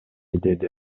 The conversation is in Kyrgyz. деди